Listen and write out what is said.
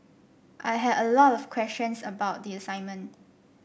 I had a lot of questions about the assignment